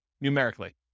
numerically